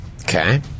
Okay